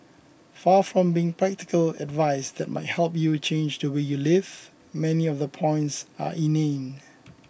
far from being practical advice that might help you change the way you live many of the points are inane